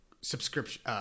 subscription